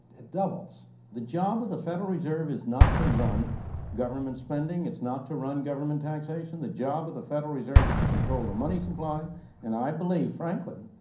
it doubles. friedman the job of the federal reserve is not to run government spending it's not to run government taxation. the job of the federal reserve is to control the money supply and i believe, frankly,